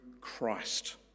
Christ